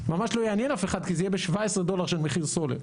ממש לא יעניין אף אחד כי זה יהיה ב-17 דולר של מחיר סולר,